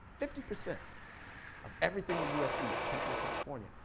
fifty percent of everything the u s. eats comes from california.